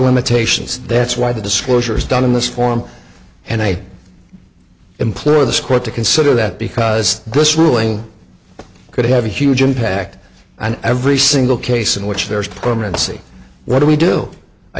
limitations that's why the disclosure is done in this forum and i implore the score to consider that because this ruling could have a huge impact on every single case in which there is progress what do we do a